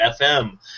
FM